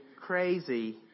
crazy